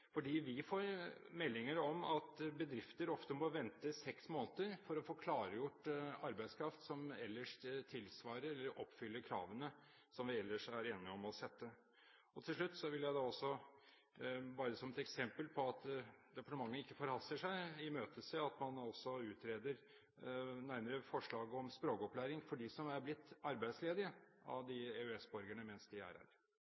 vi får meldinger om at bedrifter ofte må vente i seks måneder for å få klargjort arbeidskraft som oppfyller kravene som vi ellers er enige om å sette. Til slutt vil jeg da også, bare som et eksempel på at departementet ikke forhaster seg, imøtese at man utreder nærmere forslaget om språkopplæring for de EØS-borgerne som er blitt arbeidsledige mens de er